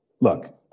look